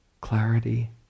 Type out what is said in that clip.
clarity